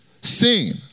seen